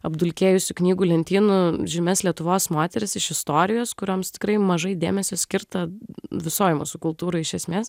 apdulkėjusių knygų lentynų žymias lietuvos moteris iš istorijos kurioms tikrai mažai dėmesio skirta visoj mūsų kultūroj iš esmės